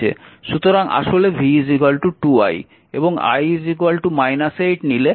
সুতরাং আসলে v 2i এবং i 8 নিলে এখানে v 16 ভোল্ট হবে